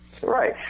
Right